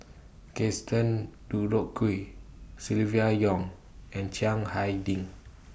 Gaston Dutronquoy Silvia Yong and Chiang Hai Ding